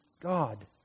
God